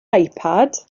ipad